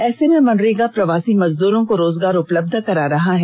ऐसे में मनरेगा प्रवासी मजदूरों को रोजगार उपलब्ध करा रहा है